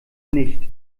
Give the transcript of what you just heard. nicht